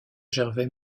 gervais